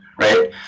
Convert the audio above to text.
right